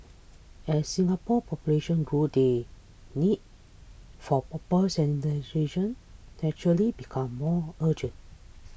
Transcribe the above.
as Singapore population grew the need for proper sanitation naturally became more urgent